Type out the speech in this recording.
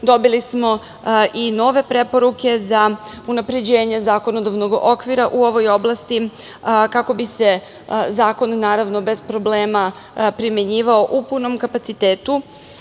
dobili smo i nove preporuke za unapređenje zakonodavnog okvira u ovoj oblasti, kako bi se zakon bez problema primenjivao u punom kapacitetu.